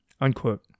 unquote